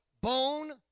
Bone